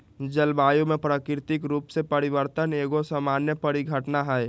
जलवायु में प्राकृतिक रूप से परिवर्तन एगो सामान्य परिघटना हइ